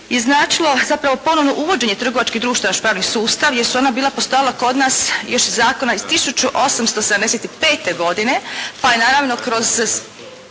je značilo zapravo ponovno uvođenje trgovačkih društava u naših pravni sustav jer su ona bila postojala kod nas još iz zakona iz 1875. godine, pa je naravno kroz,